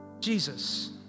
Jesus